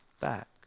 back